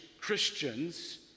Christians